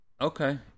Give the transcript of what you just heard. Okay